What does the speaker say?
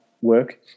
work